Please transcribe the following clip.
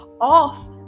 off